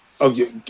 Okay